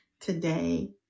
today